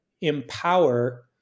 empower